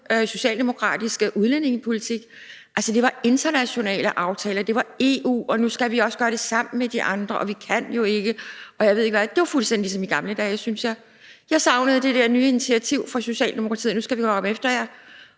socialdemokratiske udlændingepolitik? Altså, det var internationale aftaler, det var EU, og nu skal vi også gøre det sammen med de andre, og vi kan jo ikke, og jeg ved ikke hvad. Det var fuldstændig ligesom i gamle dage, synes jeg. Jeg savnede det der nye initiativ fra Socialdemokratiet: Nu skal vi komme efter jer,